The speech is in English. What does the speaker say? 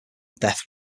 death